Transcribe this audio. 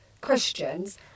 questions